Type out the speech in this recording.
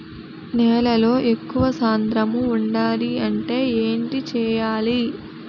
నేలలో ఎక్కువ సాంద్రము వుండాలి అంటే ఏంటి చేయాలి?